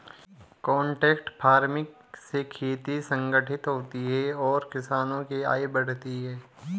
contract farming से खेती संगठित होती है और किसानों की आय बढ़ती है